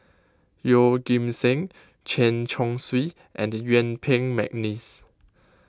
Yeoh Ghim Seng Chen Chong Swee and Yuen Peng McNeice